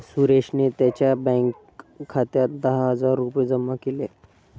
सुरेशने त्यांच्या बँक खात्यात दहा हजार रुपये जमा केले